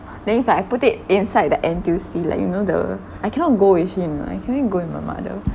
then if I put it inside the N_T_U_C like you know the I cannot go with him you know I can only go with my mother